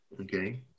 Okay